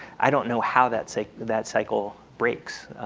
i don't know how that say that cycle breaks